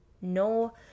no